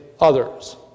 others